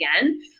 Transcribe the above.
again